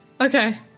Okay